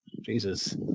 Jesus